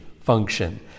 function